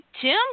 Tim